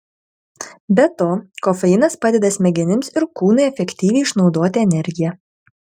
be to kofeinas padeda smegenims ir kūnui efektyviai išnaudoti energiją